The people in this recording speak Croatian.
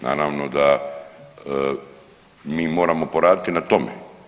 Naravno da mi moramo poraditi na tome.